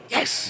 Yes